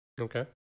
Okay